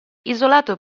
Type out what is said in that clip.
isolato